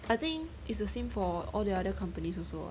I think its the same for all their other companies also